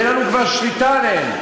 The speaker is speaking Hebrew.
ואין לנו כבר שליטה עליהם,